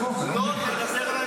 אבל לא תדבר אליי